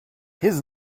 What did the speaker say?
his